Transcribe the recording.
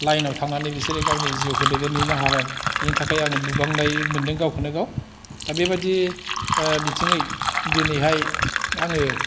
लाइनाव थांनानै बिसोरो गावनि जिउखौ दैदेनलांनो हाबाय बिनि थाखाय आं गोबां दायो मोनदों गावखौनो गाव बेबादि बिथिङै दिनैहाय आङो